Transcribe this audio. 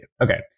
Okay